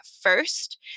first